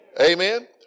Amen